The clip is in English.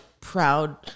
proud